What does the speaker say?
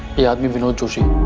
yeah i mean vinod joshi.